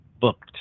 booked